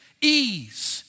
ease